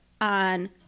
on